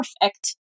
perfect